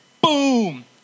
Boom